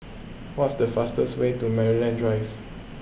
what is the fastest way to Maryland Drive